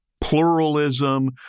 pluralism